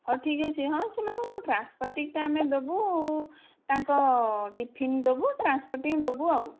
ହଉ ଠିକ୍ ଅଛି ହଁ ସେମାନଙ୍କୁ ଟ୍ରାନ୍ସପୋର୍ଟିଂଟା ଆମେ ଦେବୁ ତାଙ୍କ ଟିଫିନ୍ ଦେବୁ ଟ୍ରାନ୍ସପୋର୍ଟିଂ ଦେବୁ ଆଉ